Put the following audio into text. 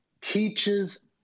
teaches